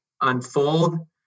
unfold